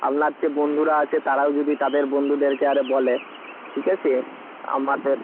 আপনার যে বন্ধুরা আছে তারাও যদি তাদের বন্ধুদেরকে আরে বলে ঠিক আছে আমাদের